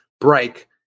break